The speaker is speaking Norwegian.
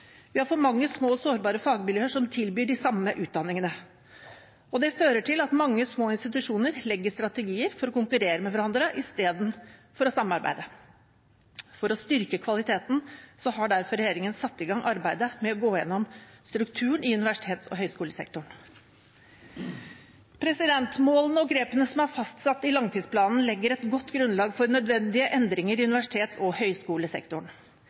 Vi har for mange små og sårbare fagmiljøer som tilbyr de samme utdanningene. Det fører til at mange små institusjoner legger strategier for å konkurrere med hverandre i stedet for å samarbeide. For å styrke kvaliteten har derfor regjeringen satt i gang arbeidet med å gå gjennom strukturen i universitets- og høyskolesektoren. Målene og grepene som er fastsatt i langtidsplanen, legger et godt grunnlag for nødvendige endringer i universitets- og høyskolesektoren.